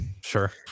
Sure